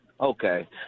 Okay